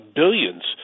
billions